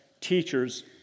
teacher's